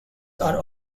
are